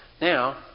Now